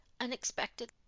Unexpected